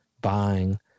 buying